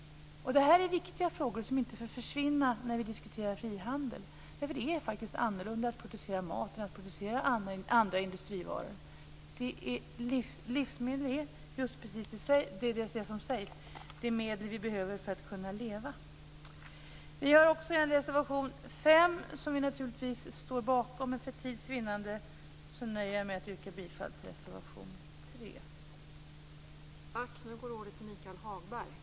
Det här är viktiga frågor som inte får försvinna när vi diskuterar frihandel. Det är faktiskt annorlunda att producera mat än att producera andra industrivaror. Livsmedel är just precis det som sägs, det är medel vi behöver för att kunna leva. Reservation 5 står vi naturligtvis också bakom, men för tids vinnande nöjer jag mig med att yrka bifall till reservation 3.